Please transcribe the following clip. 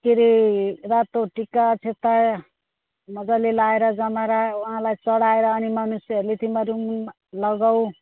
के अरे रातो टिका अक्षेता मजाले लगाएर जमरा उहाँलाई चढाएर अनि मनुष्यहरूले तिमीहरू लगाऊ